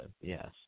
Yes